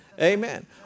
Amen